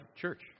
church